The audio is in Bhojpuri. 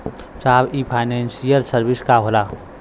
साहब इ फानेंसइयल सर्विस का होला?